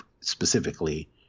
specifically